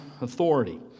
authority